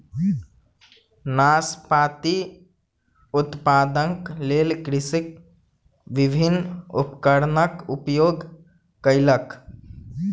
नाशपाती उत्पादनक लेल कृषक विभिन्न उपकरणक उपयोग कयलक